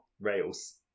rails